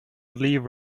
leave